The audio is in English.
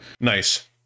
Nice